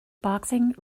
boxing